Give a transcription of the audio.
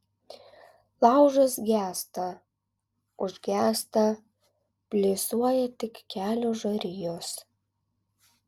laužas gęsta užgęsta blėsuoja tik kelios žarijos